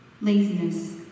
laziness